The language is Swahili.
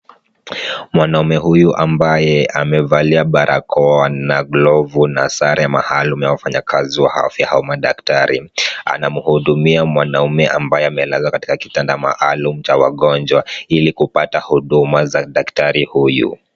Mwanaume huyu ambaye amevalia barakoa na glovu na sare maalum ya wafanyikazi wa afya au madaktari, anamhudumia mwanaume ambaye amelala katika kitanda maalum cha wagonjwa ili kupata huduma za daktari huyu.